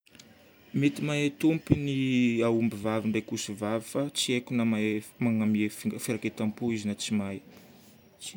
Mety mahay tompony aombivavy ndraiky osivavy fa tsy hay na mahay magnamia firaiketam-po izy na tsy mahay.